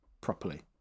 properly